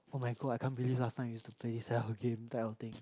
oh-my-god I can't believe last time I used to play sia whole game type of thing